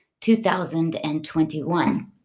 2021